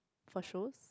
for shows